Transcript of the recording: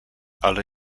ale